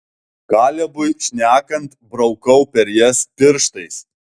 kalebui šnekant braukau per jas pirštais